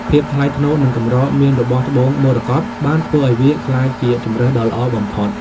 ភាពថ្លៃថ្នូរ និងកម្រមានរបស់ត្បូងមរកតបានធ្វើឱ្យវាក្លាយជាជម្រើសដ៏ល្អបំផុត។